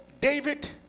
david